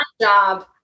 job